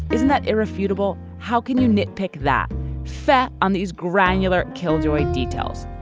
isn't that irrefutable? how can you nit pick that fat on these granular killjoy details?